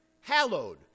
hallowed